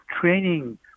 training